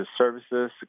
services